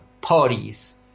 parties